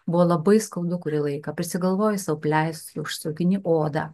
buvo labai skaudu kurį laiką prisigalvoji sau pleistrų užsiaugini odą